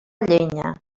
llenya